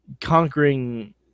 conquering